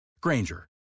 Granger